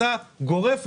אתה גורף,